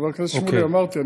חבר הכנסת שמולי, אמרתי.